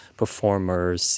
performers